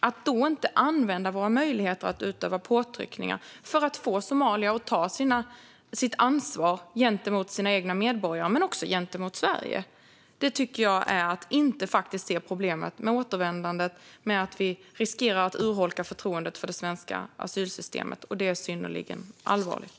Om vi då inte använder våra möjligheter att utöva påtryckningar för att få Somalia att ta sitt ansvar för sina egna medborgare, men också gentemot Sverige, tycker jag inte att vi ser problemet när det gäller återvändandet. Vi riskerar att urholka förtroendet för det svenska asylsystemet, och det är synnerligen allvarligt.